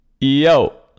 Yo